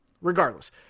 regardless